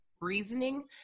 reasoning